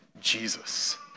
Jesus